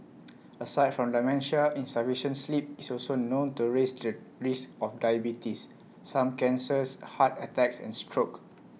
aside from dementia insufficient sleep is also known to raise the risk of diabetes some cancers heart attacks and stroke